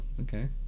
okay